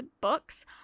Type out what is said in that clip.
books